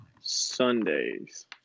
Sundays